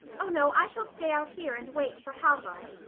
oh no! i shall stay out here and wait for halvard.